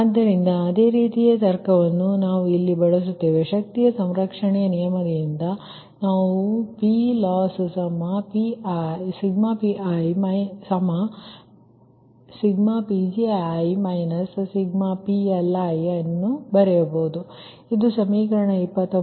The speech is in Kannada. ಆದ್ದರಿಂದ ಅದೇ ರೀತಿಯ ತರ್ಕವನ್ನು ನಾವು ಇಲ್ಲಿ ಬಳಸುತ್ತೇವೆ ಶಕ್ತಿ ಸಂರಕ್ಷಣೆಯ ನಿಯಮದಿಂದ ನಾವು PLossi1nPii1mPgi i1nPLiಅನ್ನು ಬರೆಯಬಹುದು ಇದು ಸಮೀಕರಣ 23